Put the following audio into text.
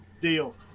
deal